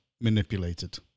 manipulated